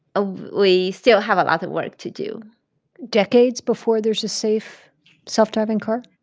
ah we still have a lot of work to do decades before there's a safe self-driving car?